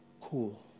cool